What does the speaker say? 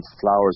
flowers